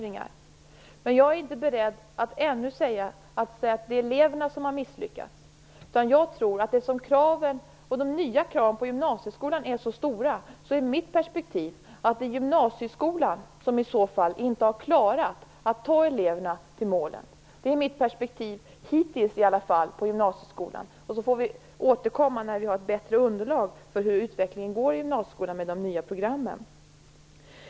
Jag är ännu inte beredd att säga att det är eleverna som har misslyckats, utan jag tror att de nya kraven på gymnasieskolan är så stora att det i mitt perspektiv är gymnasieskolan som i så fall inte har klarat att ta eleverna till målen. Det är mitt perspektiv på gymnasieskolan hittills. Vi får återkomma när vi har ett bättre underlag i fråga om utvecklingen i gymnasieskolan med de nya programmen.